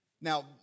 now